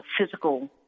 physical